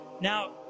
Now